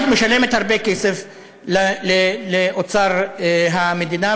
הרשות משלמת הרבה כסף לאוצר המדינה.